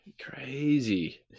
Crazy